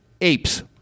apes